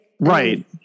Right